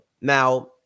Now